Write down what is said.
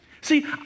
See